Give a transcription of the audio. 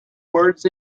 words